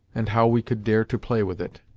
and how we could dare to play with it.